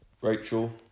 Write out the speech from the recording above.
Rachel